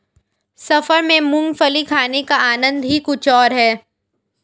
सफर में मूंगफली खाने का आनंद ही कुछ और है